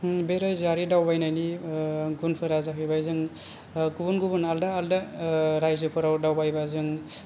बे राइजोआरि दावबायनायनि गुनफोरा जाहैबाय जों गुबुन गुबुन आलदा आलदा राइजोफोराव दावबायबा जों